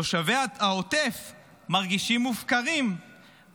תושבי העוטף מרגישים מופקרים,